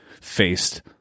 faced